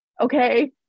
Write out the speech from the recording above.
Okay